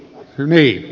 no niin